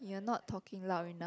you're not talking loud enough